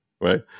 right